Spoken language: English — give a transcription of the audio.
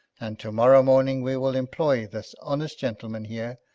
and to-morrow morning we will employ this honest gentleman here,